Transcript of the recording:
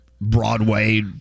Broadway